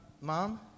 mom